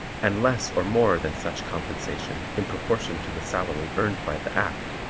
and less or more than such compensation in proportion to the salary earned by the act,